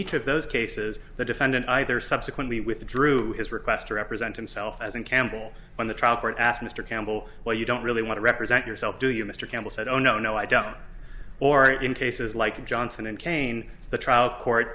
each of those cases the defendant either subsequently with drew his request to represent himself as an campbell when the trial court asked mr campbell why you don't really want to represent yourself do you mr campbell said oh no no i don't or in cases like johnson and kane the trial court